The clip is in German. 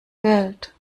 geld